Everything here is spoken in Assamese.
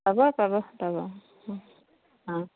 পাব পাব পাব অঁ অঁ